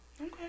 Okay